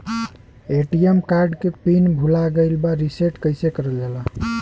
ATM card के PIN भूला गइल बा रीसेट कईसे करल जाला?